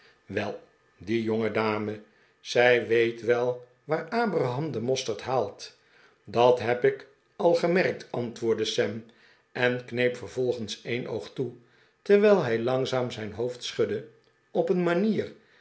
wel die jongedame zij weet wel waar abram den mosterd haalt dat heb ik al gemerkt antwoordde sam en kneep vervolgens een oog toe terwijl hij langzaam zijn hoofd schudde op een manier